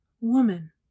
Woman